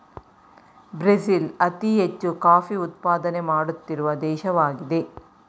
Brazil ಅತಿ ಹೆಚ್ಚು coffee ಉತ್ಪಾದನೆ ಮಾಡುತ್ತಿರುವ ದೇಶವಾಗಿದೆ